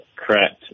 Correct